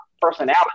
personality